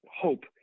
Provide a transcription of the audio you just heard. hope